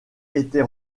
était